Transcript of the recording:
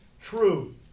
true